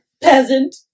peasant